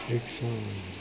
ઠીક છે